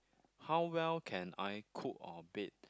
how well can I cook or bake